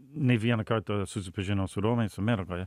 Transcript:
ne vieną kartą susipažinau su romais amerikoje